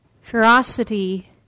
ferocity